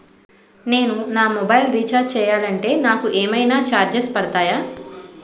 నేను నా mobile recharge చేయాలంటే నాకు ఏమైనా చార్జెస్ పడతాయా?